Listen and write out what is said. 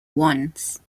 once